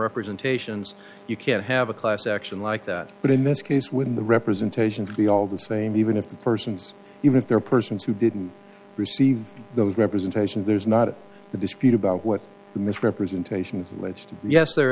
representations you can have a class action like that but in this case when the representation for the all the same even if the person's even if there are persons who didn't receive those representations there's not a dispute about what the misrepresentations yes there